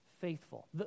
faithful